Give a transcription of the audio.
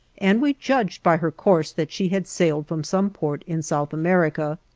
and we judged by her course that she had sailed from some port in south america.